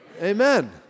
Amen